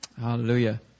Hallelujah